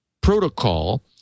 protocol